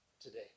today